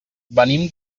venim